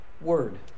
word